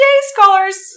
scholars